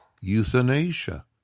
euthanasia